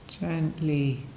Gently